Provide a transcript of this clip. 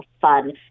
fun